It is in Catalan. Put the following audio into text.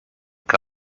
què